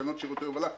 תקנות שירותי הובלה.